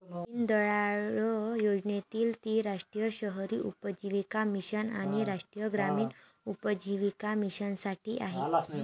दीनदयाळ योजनेत ती राष्ट्रीय शहरी उपजीविका मिशन आणि राष्ट्रीय ग्रामीण उपजीविका मिशनसाठी आहे